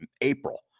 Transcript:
April